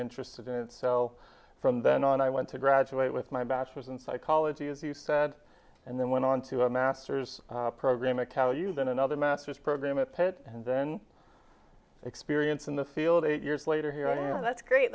interested in it so from then on i went to graduate with my bachelor's in psychology as you said and then went on to a master's program a tell you then another master's program at pitt and then experience in the field eight years later here and that's great